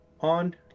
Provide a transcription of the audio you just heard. On